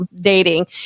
dating